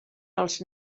els